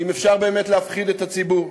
אם אפשר באמת להפחיד את הציבור?